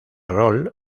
rol